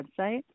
website